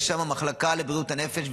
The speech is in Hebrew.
תהיה שם מחלקה לבריאות הנפש.